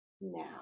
now